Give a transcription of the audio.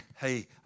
hey